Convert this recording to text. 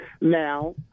now